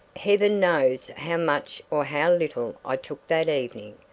heaven knows how much or how little i took that evening!